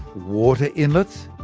water inlets,